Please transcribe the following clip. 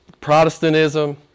Protestantism